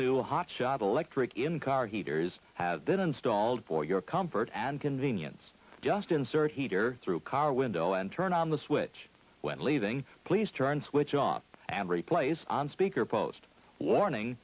new hot shot electric in car heaters have been installed for your comfort and convenience just insert heater through car window and turn on the switch when leaving please turn switch off and replace on speaker post warning